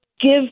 give